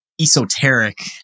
esoteric